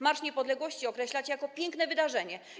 Marsz Niepodległości określacie jako piękne wydarzenie.